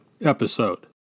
episode